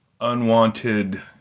unwanted